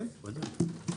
כן, ודאי.